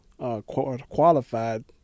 Qualified